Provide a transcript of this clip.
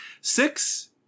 six